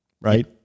right